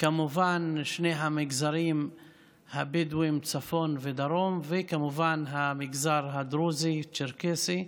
כמובן שני המגזרים הבדואיים בצפון ובדרום וכמובן המגזר הדרוזי-צ'רקסי.